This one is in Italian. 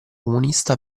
comunista